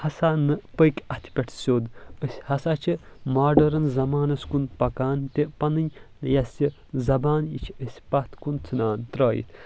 ہسا نہٕ پٔکۍ اتھ پٮ۪ٹھ سیٚود أسۍ ہسا چھِ ماڈٲرٕن زمانس کُن پکان تہٕ پنٕنی یۄس یہِ زبان یہِ چھِ أسۍ پتھ کُن ژھنان ترٲیِتھ